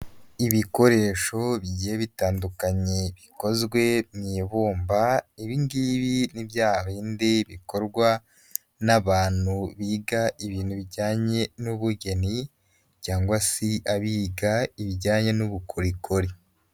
Ibikoresho bigiye bitandukanye bikozwe mu ibumba, ibingibi n bya bindi bikorwa n'abantu biga ibintu bijyanye n'ubugeni cyangwa se abiga ibijyanye n'ubukorikori.